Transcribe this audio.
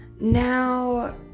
now